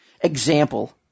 example